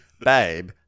Babe